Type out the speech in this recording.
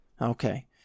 Okay